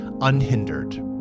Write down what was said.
unhindered